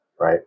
right